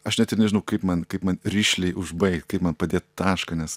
aš net ir nežinau kaip man kaip man rišliai užbaigt kaip man padėt tašką nes